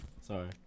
Sorry